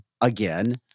again